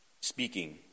Speaking